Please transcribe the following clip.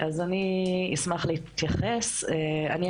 אני אשמח להתייחס.